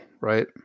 right